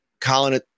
Colin